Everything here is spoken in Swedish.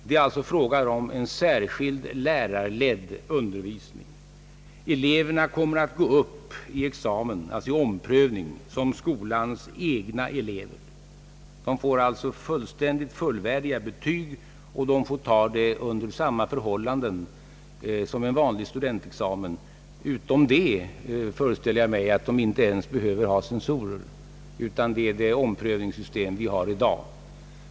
Det är alltså fråga om en särskild lärarledd undervisning. Eleverna kommer att gå upp i examen, alltså i omprövning, som skolans egna elever. De får fullständigt fullvärdiga betyg och de får ta sina prov under samma förhållanden som vid en vanlig studentexamen utom det — föreställer jag mig — att de inte ens behöver ha censorer. Man skall tillämpa det omprövningssystem vi har i dag.